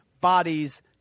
bodies